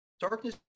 Darkness